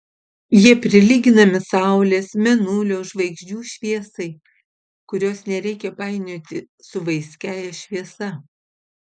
jie prilyginami saulės mėnulio žvaigždžių šviesai kurios nereikia painioti su vaiskiąja šviesa